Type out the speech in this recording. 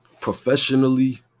Professionally